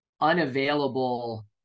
unavailable